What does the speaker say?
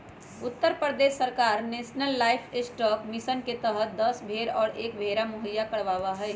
उत्तर प्रदेश सरकार national livestock mission के तहद दस भेंड़ और एक भेंड़ा मुहैया करवावा हई